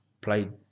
played